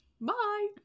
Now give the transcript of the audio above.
Bye